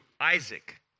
Isaac